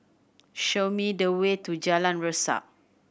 show me the way to Jalan Resak